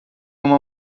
uma